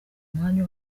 umwanya